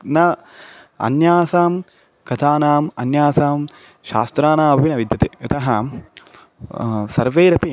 न अन्यासां कथानाम् अन्यासां शास्त्राणाम् अपि न विद्यते यतः सर्वैरपि